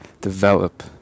develop